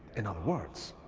in other words,